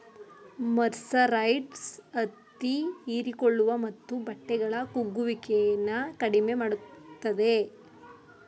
mercerised ಹತ್ತಿ ಹೀರಿಕೊಳ್ಳುವ ಮತ್ತು ಬಟ್ಟೆಗಳ ಕುಗ್ಗುವಿಕೆನ ಕಡಿಮೆ ಮಾಡ್ತದೆ